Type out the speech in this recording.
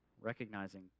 recognizing